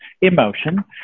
emotion